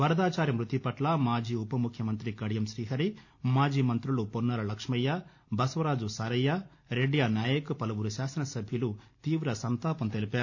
వరదాచారి మ్బతి పట్ల మాజీ ఉపముఖ్యమంత్రి కడియం శ్రీహరి మాజీ మం్రులు పొన్నాల లక్ష్మయ్య బసవరాజు సారయ్య రెడ్యానాయక్ పలువురు శాసన సభ్యులు తీవ సంతాపం తెలిపారు